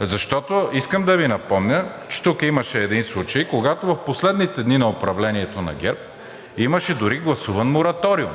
Защото искам да Ви напомня, че тук имаше един случай, когато в последните дни на управлението на ГЕРБ имаше дори гласуван мораториум.